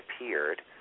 appeared